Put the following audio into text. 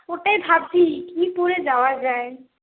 ওটাই ভাবছি কি পরে যাওয়া যায়